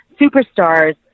superstars